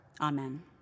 amen